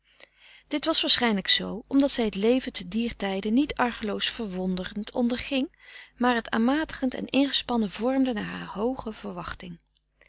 dit was waarschijnlijk zoo omdat zij het leven te dier tijde niet argeloos wonderend onderging maar het aanmatigend en ingespannen vormde naar haar hooge verwachting